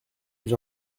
j’ai